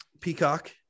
Peacock